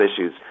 issues